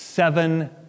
Seven